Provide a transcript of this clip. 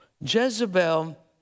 Jezebel